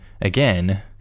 again